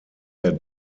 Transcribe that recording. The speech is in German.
der